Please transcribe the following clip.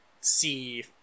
see